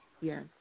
Yes